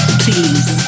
please